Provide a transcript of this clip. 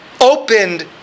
opened